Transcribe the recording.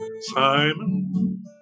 Simon